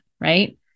Right